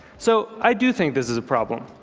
so i do think this is a problem.